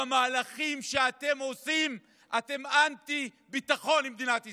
במהלכים שאתם עושים אתם אנטי ביטחון למדינת ישראל.